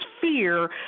fear